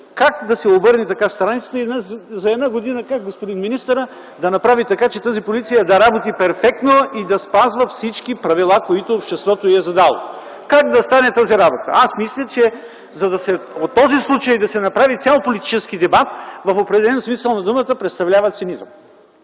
как да се обърне така страницата и как за една година господин министърът да направи така, че тази Полиция да работи перфектно и да спазва всички правила, които обществото й е задало? Как да стане тази работа? Аз мисля, че от този случай да се направи цял политически дебат в определен смисъл на думата, представлява цинизъм.